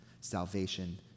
salvation